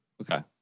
Okay